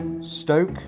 Stoke